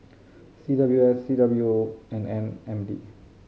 C W S C W O and M N D